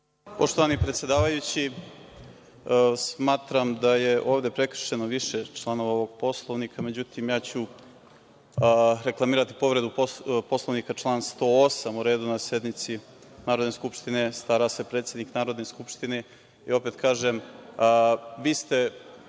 Poštovani predsedavajući, smatram da je ovde prekršeno više članova Poslovnika, međutim, ja ću reklamirati povredu Poslovnika člana 108 – o redu na sednici Narodne skupštine stara se predsednik Narodne skupštine. Opet kažem, vi ste,